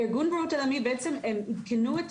ארגון הבריאות העולמי בעצם הם עדכנו את